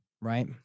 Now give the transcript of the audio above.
right